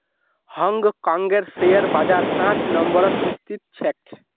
हांग कांगेर शेयर बाजार पांच नम्बरत स्थित छेक